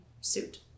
suit